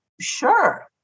sure